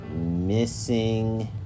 missing